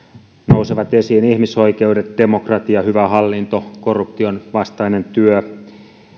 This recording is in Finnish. nousevat esiin ihmisoikeudet demokratia hyvä hallinto korruption vastainen työ